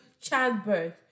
childbirth